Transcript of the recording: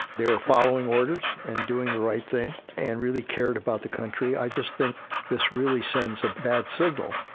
they were following orders and doing the right thing, and really cared about the country, i just think this really sends a bad signal.